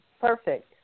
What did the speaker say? Perfect